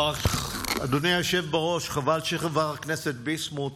אדוני היושב בראש, חבל שחבר הכנסת ביסמוט